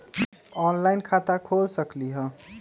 Online खाता खोल सकलीह?